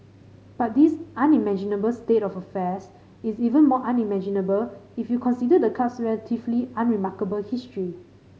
but this unimaginable state of affairs is even more unimaginable if you considered the club's relatively unremarkable history